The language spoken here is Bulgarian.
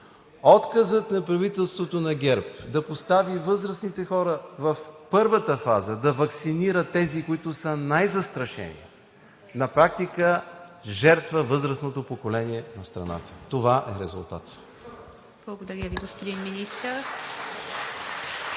Отказът на правителството на ГЕРБ да постави възрастните хора в първата фаза – да ваксинира тези, които са най-застрашени, на практика жертва възрастното поколение на страната. Това е резултатът.